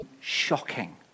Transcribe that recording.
shocking